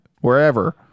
wherever